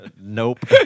Nope